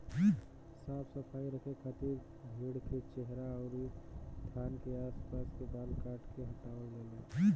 साफ सफाई रखे खातिर भेड़ के चेहरा अउरी थान के आस पास के बाल काट के हटावल जाला